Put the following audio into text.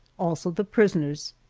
also the prisoners,